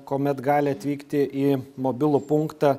kuomet gali atvykti į mobilų punktą